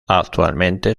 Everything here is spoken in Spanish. actualmente